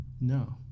No